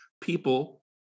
people